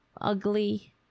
ugly